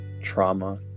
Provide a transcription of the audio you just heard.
trauma